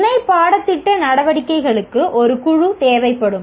இணை பாடத்திட்ட நடவடிக்கைகளுக்கு ஒரு குழு தேவைப்படும்